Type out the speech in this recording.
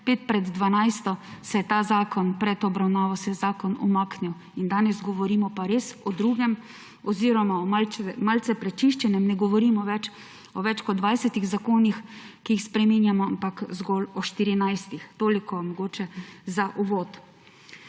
minut pred dvanajsto, pred obravnavo, se je ta zakon umaknil In danes govorimo pa res o drugem oziroma o malce prečiščenem zakonu, ne govorimo več o več kot 20 zakonih, ki jih spreminjamo, ampak zgolj o 14. Toliko mogoče za uvod.